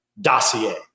dossier